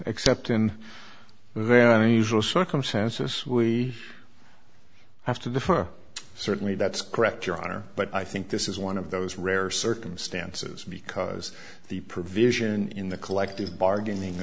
angels circumstances we have to defer certainly that's correct your honor but i think this is one of those rare circumstances because the provision in the collective bargaining